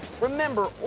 Remember